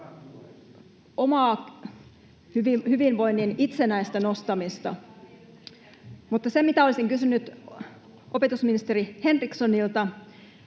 oman hyvinvoinnin itsenäistä nostamista. Mutta olisin kysynyt opetusministeri Henrikssonilta: